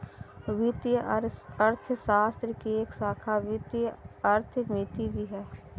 वित्तीय अर्थशास्त्र की एक शाखा वित्तीय अर्थमिति भी है